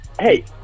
Hey